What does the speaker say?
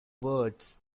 words